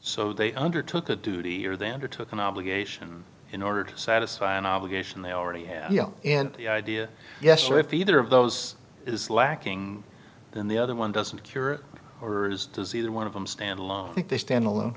so they undertook a duty or than or took an obligation in order to satisfy an obligation they already have and the idea yes if either of those is lacking then the other one doesn't cure or is does either one of them stand alone think they stand alone